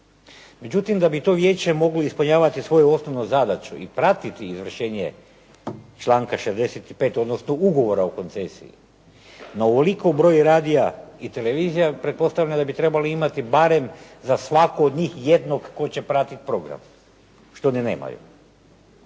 Međutim, da bi to vijeće moglo ispunjavati svoju osnovnu zadaću i pratiti izvršenje članka 65. odnosno Ugovora o koncesiji na ovoliki broj radija i televizija pretpostavljam da bi trebali imati barem za svaku od njih jednog koji će pratiti program što oni nemaju.